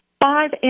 five